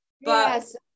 Yes